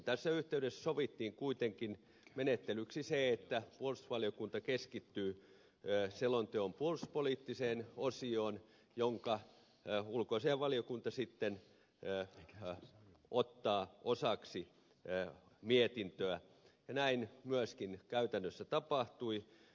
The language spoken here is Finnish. tässä yhteydessä sovittiin kuitenkin menettelyksi se että puolustusvaliokunta keskittyy selonteon puolustuspoliittiseen osioon jonka ulkoasiainvaliokunta sitten ottaa osaksi mietintöä ja näin myöskin käytännössä tapahtui